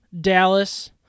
Dallas